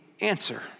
answer